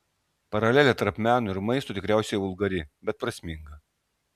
paralelė tarp meno ir maisto tikriausiai vulgari bet prasminga